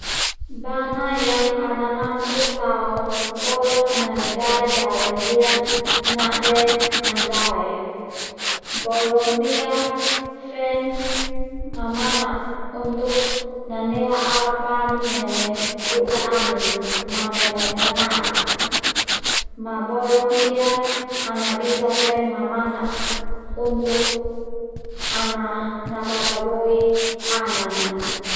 Bana yang ana mampu tao bolok nai dae dale ndia na'de andae, bolok ndia fen mamanak untuk nanea aopan neme u'da Anin ma neme mana'ak ma bolok ndia ana bisa fen mamanak untuk ana nakababoi anan a.